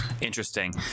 interesting